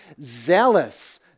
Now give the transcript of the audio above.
Zealous